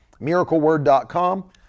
miracleword.com